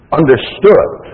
understood